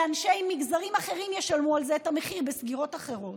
שאנשי מגזרים אחרים ישלמו על זה את המחיר בסגירות אחרות.